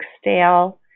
stale